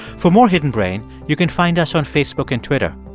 for more hidden brain, you can find us on facebook and twitter.